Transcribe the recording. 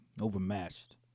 overmatched